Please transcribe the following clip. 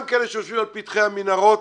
גם כאלה שיושבים על פתחי המנהרות,